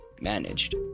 managed